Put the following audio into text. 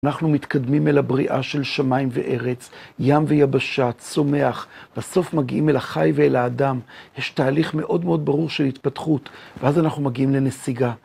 אנחנו מתקדמים אל הבריאה של שמיים וארץ, ים ויבשה, צומח, בסוף מגיעים אל החי ואל האדם. יש תהליך מאוד מאוד ברור של התפתחות, ואז אנחנו מגיעים לנסיגה.